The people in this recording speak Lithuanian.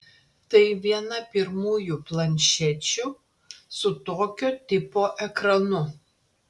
tai viena pirmųjų planšečių su tokio tipo ekranu